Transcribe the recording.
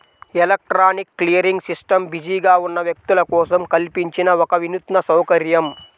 electronic clearing system బిజీగా ఉన్న వ్యక్తుల కోసం కల్పించిన ఒక వినూత్న సౌకర్యం